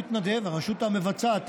הרשות המבצעת,